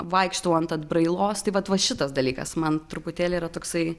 vaikštau ant atbrailos tai vat va šitas dalykas man truputėlį yra toksai